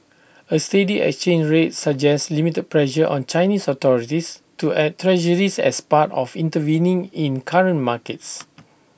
A steady exchange rate suggests limited pressure on Chinese authorities to add Treasuries as part of intervening in currency markets